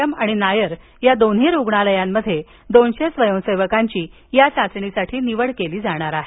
M आणि नायर या दोन्ही रूग्णालयात दोनशे स्वयंसेवकांची या चाचणीसाठी निवड केली जाणार आहे